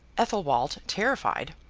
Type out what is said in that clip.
athelwold, terrified,